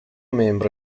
membro